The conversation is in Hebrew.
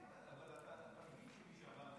כן,